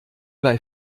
bei